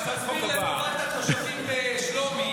אני רק רוצה שתסביר, לטובת התושבים בשלומי,